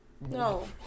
No